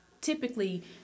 typically